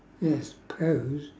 ya I suppose